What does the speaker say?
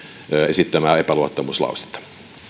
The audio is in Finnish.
esittämää epäluottamuslausetta